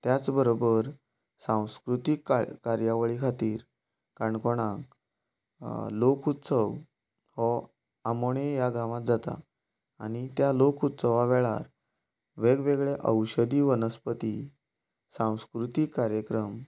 त्याच बरबर संस्कृतीक कार्यावळी खातीर काणकोणा लोकोत्सव हो आमोणें ह्या गांवांत जाता आनी त्या लोक उत्सवा वेळार वेगवेगळे औशधी वनस्पती सांस्कृतीक कार्यक्रम